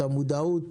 את המודעות,